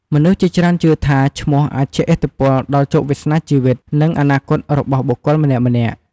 មនុស្សជាច្រើនជឿថា ឈ្មោះអាចជះឥទ្ធិពលដល់ជោគវាសនា ជីវិត និងអនាគតរបស់បុគ្គលម្នាក់ៗ។